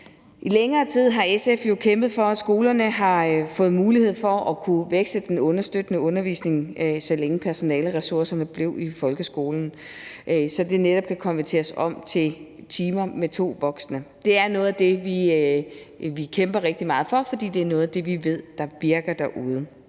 I længere tid har SF jo kæmpet for, at skolerne har fået mulighed for at kunne veksle den understøttende undervisning, så længe personaleressourcerne blev i folkeskolen, så det netop kan konverteres til timer med to voksne. Det er noget af det, vi kæmper rigtig meget for, fordi det er noget af det, vi ved der virker derude.